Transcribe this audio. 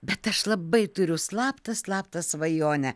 bet aš labai turiu slaptą slaptą svajonę